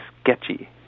sketchy